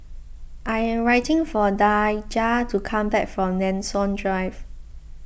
I am waiting for Daijah to come back from Nanson Drive